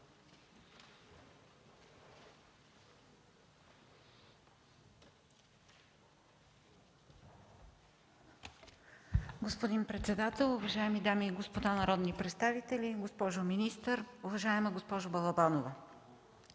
Господин председател, уважаеми дами и господа народни представители, госпожо министър! Уважаема госпожо Балабанова,